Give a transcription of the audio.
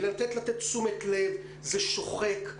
יודע שזה שוחק,